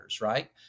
right